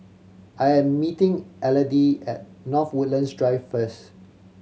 I am meeting Elodie at North Woodlands Drive first